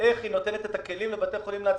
באיך היא נותנת את הכלים לבתי חולים להצליח.